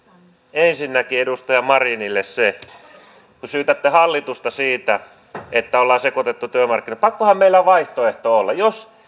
ensinnäkin edustaja marinille kun syytätte hallitusta siitä että ollaan sekoitettu työmarkkinat pakkohan meillä on vaihtoehto olla jos